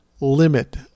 limit